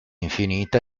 infinita